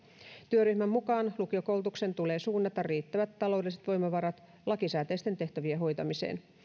työryhmän mukaan lukiokoulutuksen tulee suunnata riittävät taloudelliset voimavarat lakisääteisten tehtävien hoitamiseen